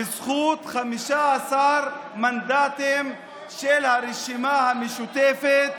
בזכות 15 מנדטים של הרשימה המשותפת,